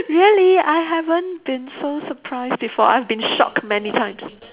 really I haven't been so surprised before I've been shocked many times